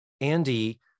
Andy